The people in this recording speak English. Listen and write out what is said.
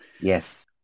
Yes